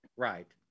Right